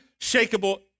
unshakable